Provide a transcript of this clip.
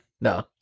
No